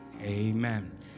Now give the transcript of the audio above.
Amen